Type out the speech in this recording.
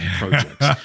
projects